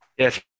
Yes